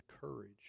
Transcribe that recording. courage